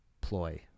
ploy